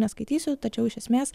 neskaitysiu tačiau iš esmės